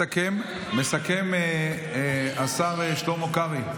מסכם השר שלמה קרעי.